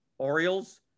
Orioles